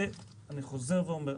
ואני חוזר ואומר,